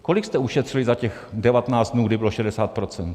Kolik jste ušetřili za těch 19 dnů, kdy bylo 60 %?